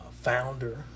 Founder